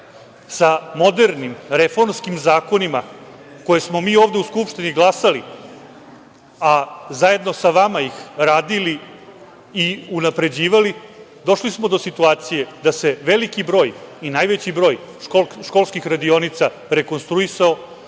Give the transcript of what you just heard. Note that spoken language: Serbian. Sa modernim, reformskim zakonima koje smo mi ovde u Skupštini glasali, a zajedno sa vama ih radili i unapređivali, došli smo do situacije da se veliki broj i najveći broj školskih radionica rekonstruisao,